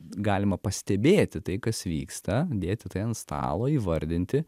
galima pastebėti tai kas vyksta dėti tai ant stalo įvardinti